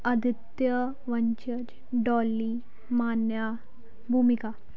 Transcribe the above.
Aditya Doli Manya Bhumika